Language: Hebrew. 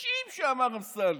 הקשים שאמר אמסלם,